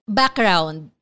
background